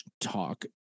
talk